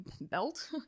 belt